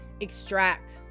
extract